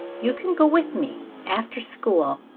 you can go with me, after school.